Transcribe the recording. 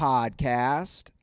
Podcast